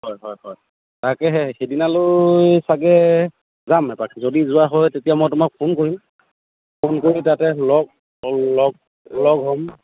হয় হয় হয় তাকেহে সেইদিনালৈ চাগে যাম এপাক যদি যোৱা হয় তেতিয়া মই তোমাক ফোন কৰিম ফোন কৰি তাতে লগ লগ লগ হ'ম